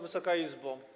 Wysoka Izbo!